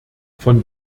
von